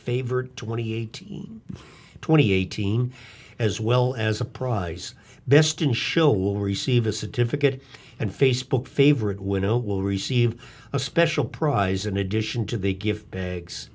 favored twenty eight twenty eighteen as well as a prize best in show will receive a certificate and facebook favorite window will receive a special prize in addition to the gift bags